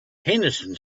henderson